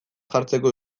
jartzeko